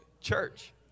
church